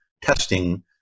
testing